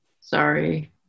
Sorry